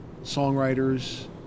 songwriters